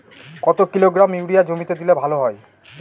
কত kilogram urea জমিতে দিলে ভালো হয়?